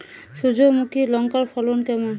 সূর্যমুখী লঙ্কার ফলন কেমন?